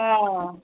ओ